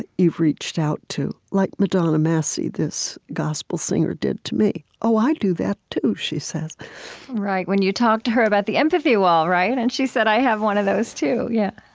you've reached out to like madonna massey, this gospel singer, did to me oh, i do that too, she says right, when you talked to her about the empathy wall, and she said, i have one of those too. yeah,